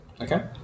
Okay